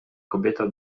kobieta